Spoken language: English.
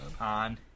On